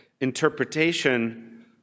interpretation